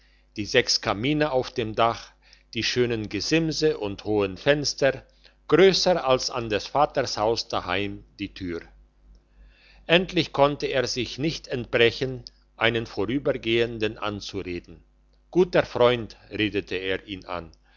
die sechs kamine auf dem dach die schönen gesimse und die hohen fenster grösser als an des vaters haus daheim die tür endlich konnte er sich nicht entbrechen einen vorübergehenden anzureden guter freund redete er ihn an